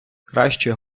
краще